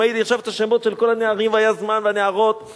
אם היו לי עכשיו השמות של כל הנערים והנערות והיה זמן,